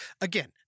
Again